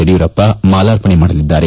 ಯಡಿಯೂರಪ್ಪ ಮಾಲಾರ್ಪಣೆ ಮಾಡಲಿದ್ದಾರೆ